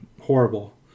horrible